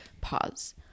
pause